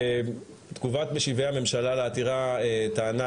תגובת משיבי הממשלה לעתירה טענה